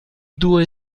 due